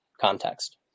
context